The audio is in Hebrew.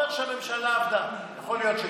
אתה אומר שהממשלה עבדה, יכול להיות שכן,